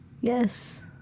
Yes